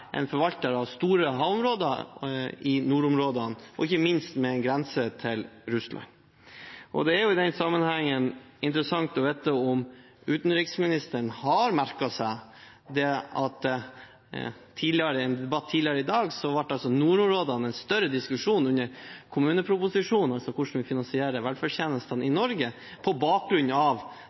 en arktisk stat og som en forvalter av store havområder i nordområdene og ikke minst med en grense til Russland. Det er i den sammenhengen interessant å få vite om utenriksministeren har merket seg at tidligere i dag ble nordområdene diskutert i debatten om kommuneproposisjonen – altså hvordan vi finansierer velferdstjenestene i Norge – på bakgrunn av